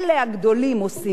מדוע אנו הקטנים לא.